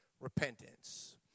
repentance